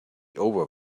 over